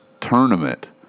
tournament